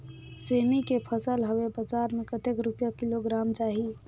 सेमी के फसल हवे बजार मे कतेक रुपिया किलोग्राम जाही?